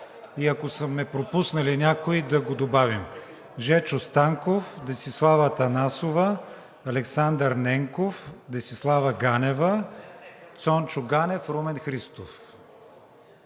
и ако сме пропуснали някого – да го добавим: Жечо Станков, Десислава Атанасова, Александър Ненков, Десислава Ганева, Цончо Ганев, Румен Христов.